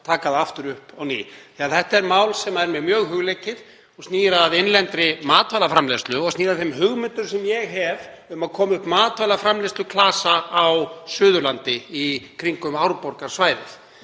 taka það aftur upp á ný. Þetta er mál sem er mér mjög hugleikið og snýr að innlendri matvælaframleiðslu og þeim hugmyndum sem ég hef um að koma upp matvælaframleiðsluklasa á Suðurlandi í kringum Árborgarsvæðið.